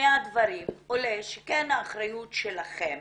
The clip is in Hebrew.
מהדברים עולה שזו כן אחריות שלכן